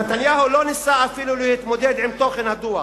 נתניהו לא ניסה אפילו להתמודד עם תוכן הדוח,